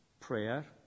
prayer